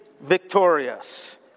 victorious